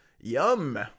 Yum